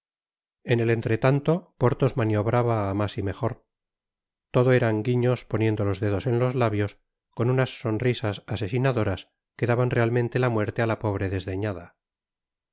en el entretanto porthos maniobraba á mas y mejor todo eran guiños poniendo los dedos en los labios con unas sonrisas asesinadoras que daban realmente la muerte á la pobre desdeñada